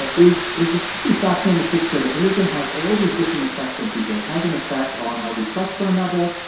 ah is is this really fascinating picture that religion has all these different effects on people. it has an effect on how we trust one another,